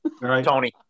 Tony